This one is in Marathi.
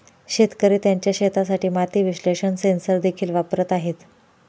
शेतकरी त्यांच्या शेतासाठी माती विश्लेषण सेन्सर देखील वापरत आहेत